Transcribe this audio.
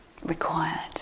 required